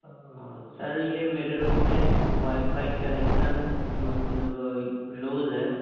سر یہ میرے روم میں وائی فائی کنیکسن مطلب لوز ہے